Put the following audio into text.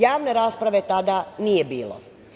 Javne rasprave tada nije bilo.